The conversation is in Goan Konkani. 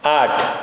आठ